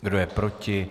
Kdo je proti?